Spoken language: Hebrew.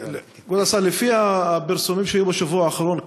לפי הפרסומים שהיו בשבוע האחרון,